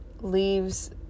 leaves